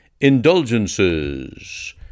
Indulgences